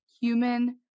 human